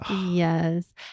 Yes